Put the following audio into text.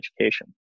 education